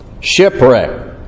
shipwreck